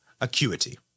acuity